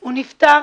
הוא נפטר